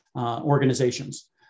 organizations